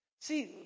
See